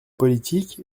politique